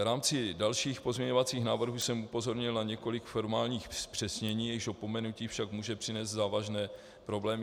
V rámci dalších pozměňovacích návrhů jsem upozornil na několik formálních zpřesnění, jejichž opomenutí však může přinést závažné problémy.